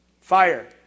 Fire